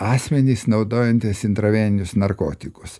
asmenys naudojantys intraveninius narkotikus